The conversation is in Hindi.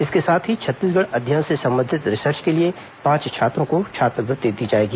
इसके साथ ही छत्तीसगढ़ अध्ययन से संबंधित रिसर्च के लिए पांच छात्रों को छात्रवृत्ति दी जाएगी